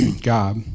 God